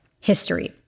history